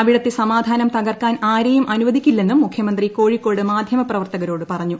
അവിടത്തെ സമാധാനം തകർക്കാൻ ആരെയും അനുവദിക്കില്ലെന്നും മുഖ്യമന്ത്രി കോഴിക്കോട് മാധ്യമ പ്രവർത്തകരോട് പറഞ്ഞു